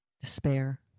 despair